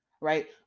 right